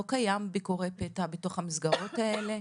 לא קיימים ביקורי פתע בתוך המסגרות האלה.